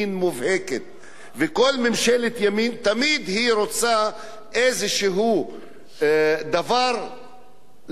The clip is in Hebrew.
וכל ממשלת ימין תמיד רוצה איזה דבר להפחיד בו את האוכלוסייה